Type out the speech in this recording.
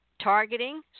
targeting